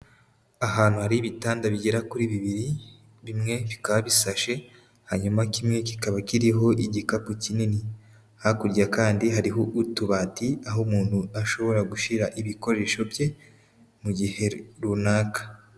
Ahantu hari ibitanda bigera kuri bibiri, bimwe bikaba bisashe hanyuma kimwe kikaba kiriho igikapu kinini, hakurya kandi hariho utubati aho umuntu ashobora gushyira ibikoresho bye mu gihe runaka.